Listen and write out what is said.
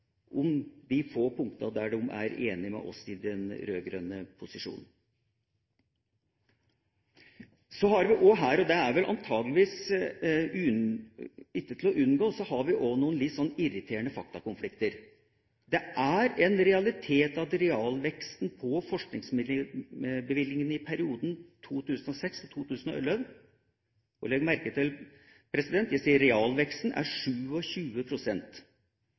om de få punktene der de er enig med oss i den rød-grønne posisjonen. Så har vi også her – og det er antageligvis ikke til å unngå – noen irriterende faktakonflikter. Det er en realitet at realveksten på forskningsbevilgningene i perioden 2006–2011 – legg merke til at jeg sier realveksten – er